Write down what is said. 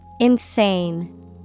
Insane